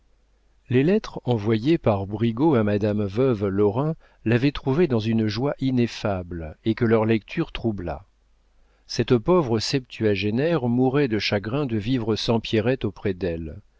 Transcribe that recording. les lettres envoyées par brigaut à madame veuve lorrain l'avaient trouvée dans une joie ineffable et que leur lecture troubla cette pauvre septuagénaire mourait de chagrin de vivre sans pierrette auprès d'elle